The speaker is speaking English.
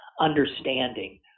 understanding